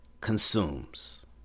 consumes